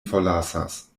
forlasas